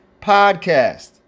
podcast